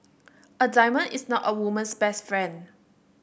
a diamond is not a woman's best friend